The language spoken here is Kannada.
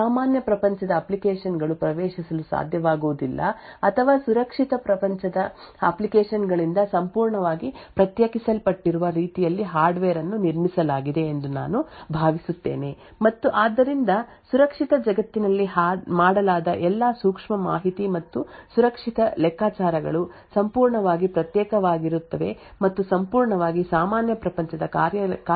ಸಾಮಾನ್ಯ ಪ್ರಪಂಚದ ಅಪ್ಲಿಕೇಶನ್ ಗಳು ಪ್ರವೇಶಿಸಲು ಸಾಧ್ಯವಾಗುವುದಿಲ್ಲ ಅಥವಾ ಸುರಕ್ಷಿತ ಪ್ರಪಂಚದ ಅಪ್ಲಿಕೇಶನ್ ಗಳಿಂದ ಸಂಪೂರ್ಣವಾಗಿ ಪ್ರತ್ಯೇಕಿಸಲ್ಪಟ್ಟಿರುವ ರೀತಿಯಲ್ಲಿ ಹಾರ್ಡ್ವೇರ್ ಅನ್ನು ನಿರ್ಮಿಸಲಾಗಿದೆ ಎಂದು ನಾನು ಭಾವಿಸುತ್ತೇನೆ ಮತ್ತು ಆದ್ದರಿಂದ ಸುರಕ್ಷಿತ ಜಗತ್ತಿನಲ್ಲಿ ಮಾಡಲಾದ ಎಲ್ಲಾ ಸೂಕ್ಷ್ಮ ಮಾಹಿತಿ ಮತ್ತು ಸುರಕ್ಷಿತ ಲೆಕ್ಕಾಚಾರಗಳು ಸಂಪೂರ್ಣವಾಗಿ ಪ್ರತ್ಯೇಕವಾಗಿರುತ್ತವೆ ಮತ್ತು ಸಂಪೂರ್ಣವಾಗಿ ಸಾಮಾನ್ಯ ಪ್ರಪಂಚದ ಕಾರ್ಯಾಚರಣೆಗಳಿಂದ ಸ್ವತಂತ್ರವಾಗಿದೆ